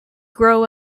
grow